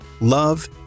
love